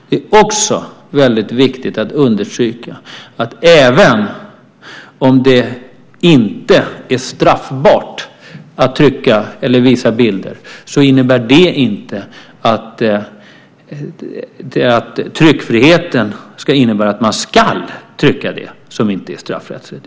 Det är också väldigt viktigt att understryka att även om det inte är straffbart att trycka eller visa bilder så innebär det inte att tryckfriheten ska innebära att man skall trycka det som inte är straffbart.